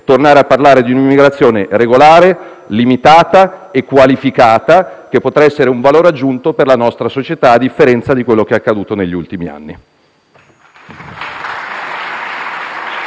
tornare a parlare di immigrazione regolare, limitata e qualificata, che potrà essere un valore aggiunto per la nostra società, a differenza di quanto accaduto negli ultimi anni.